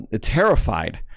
terrified